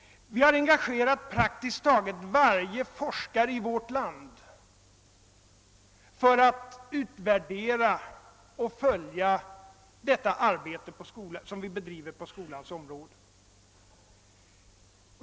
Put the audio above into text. Vi har engagerat praktiskt taget varje forskare för att utvärdera och följa detta arbete som vi bedriver på skolans område.